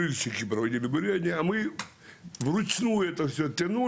שכבר הגיעו לגיל מסוים וגם לא רוצים גם ככה לבטח אותם.